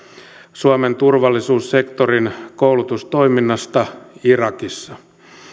suomen turvallisuussektorin koulutustoiminnasta irakissa